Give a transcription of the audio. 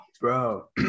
Bro